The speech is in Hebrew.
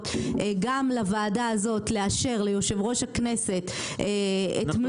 גם לוועדה הזאת לאשר ליושב ראש הכנסת את מלוא